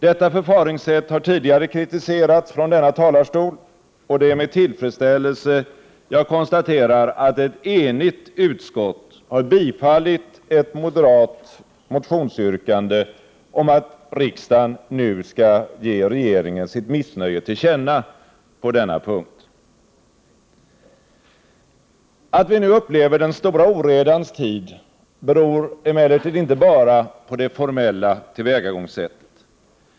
Detta förfaringssätt har tidigare kritiserats från denna talarstol, och det är med tillfredsställelse jag konstaterar att ett enigt utskott har bifallit ett moderat motionsyrkande om att riksdagen nu skall ge regeringen sitt missnöje till känna på denna punkt. Att vi nu upplever den stora oredans tid beror emellertid inte bara på det formella tillvägagångssättet.